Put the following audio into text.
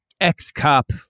ex-cop